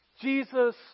Jesus